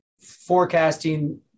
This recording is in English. forecasting